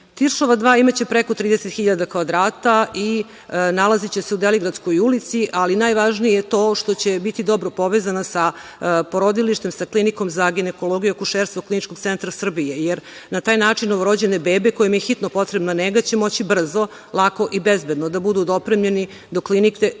sveta.„Tiršova 2“ imaće preko 30.000 kvadrata i nalaziće se u Deligradskoj ulici, ali najvažnije je to što će biti dobro povezana sa porodilištem, sa klinikom za ginekologiju i akušerstvo KCS, jer na taj način novorođene bebe kojima je hitno potrebna nega, će moći brzo, lako i bezbedno da budu dopremljene do klinike, gde čak